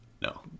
No